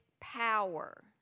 power